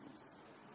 5